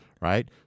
right